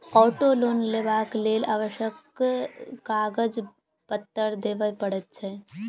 auto loan लेबाक लेल आवश्यक कागज पत्तर देबअ पड़ैत छै